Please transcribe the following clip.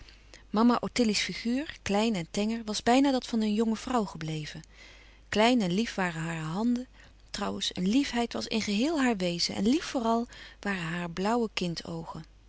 vastgespeld mama ottilie's figuur klein en tenger was bijna dat van een jonge vrouw gebleven klein en lief waren hare handen trouwens een liefheid was in geheel haar wezen en lief vooral waren hare blauwe kind oogen